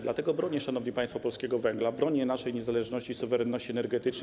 Dlatego bronię, szanowni państwo, polskiego węgla, bronię naszej niezależności i suwerenności energetycznej.